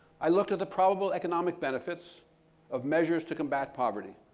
i looked at the probable economic benefits of measures to combat poverty,